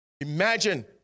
Imagine